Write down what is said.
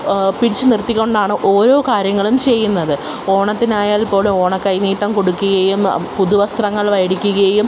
പിടിച്ച് നിര്ത്തിക്കൊണ്ടാണ് ഓരോ കാര്യങ്ങളും ചെയ്യുന്നത് ഓണത്തിനായാല് പോലും ഓണക്കൈനീട്ടം കൊടുക്കുകയും പുതുവസ്ത്രങ്ങൾ മേടിക്കുകയും